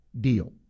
deal